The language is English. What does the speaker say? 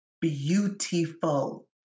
beautiful